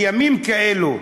בימים כאלה,